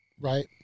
Right